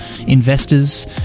investors